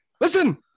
listen